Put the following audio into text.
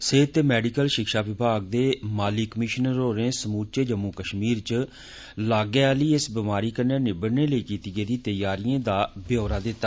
सेहत ते मैडिकल शिक्षा विभाग दे माली कमीशनर होरें समूलचे जम्मू कश्मीर च लाग आली इस बमारी कन्नै निबड़ने तांई किती गेदी त्यारियें दा व्यापक व्यौरा दिता